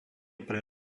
pre